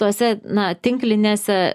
tose na tinklinėse